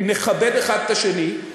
שנכבד האחד את השני,